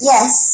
Yes